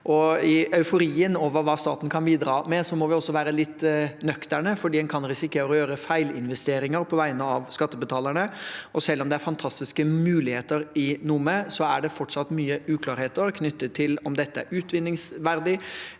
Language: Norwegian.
I euforien over hva staten kan bidra med, må vi også være litt nøkterne, for en kan risikere å gjøre feilinvesteringer på vegne av skattebetalerne. Selv om det er fantastiske muligheter i Nome, er det fortsatt mye uklarhet knyttet til om dette er utvinningsverdig,